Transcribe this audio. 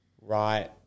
right